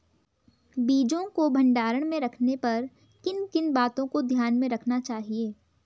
बीजों को भंडारण में रखने पर किन किन बातों को ध्यान में रखना चाहिए?